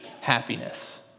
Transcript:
happiness